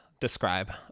describe